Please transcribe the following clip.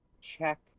check